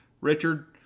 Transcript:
Richard